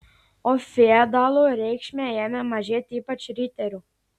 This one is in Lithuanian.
o feodalų reikšmė ėmė mažėti ypač riterių